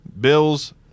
Bills